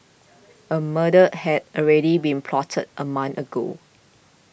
a murder had already been plotted a month ago